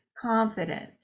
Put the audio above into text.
confident